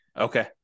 Okay